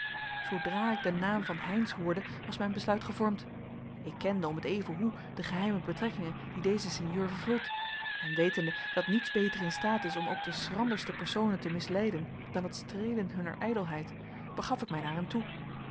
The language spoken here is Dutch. zoodra ik den naam van heynsz hoorde was mijn besluit gevormd ik kende om t even hoe de geheime betrekkingen die deze sinjeur vervult en wetende dat niets beter in staat is om ook de schranderste personen te misleiden dan het streelen hunner ijdelheid begaf ik mij naar hem toe